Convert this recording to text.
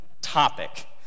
topic